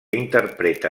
interpreta